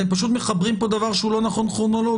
אתם פשוט מחברים פה דבר שהוא לא נכון כרונולוגית.